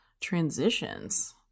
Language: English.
transitions